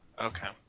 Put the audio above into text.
okay